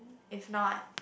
if not